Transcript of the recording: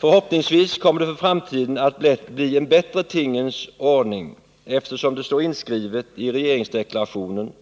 Förhoppningsvis kommer det för framtiden att bli en bättre tingens ordning, eftersom det står inskrivet i regeringsdeklarationen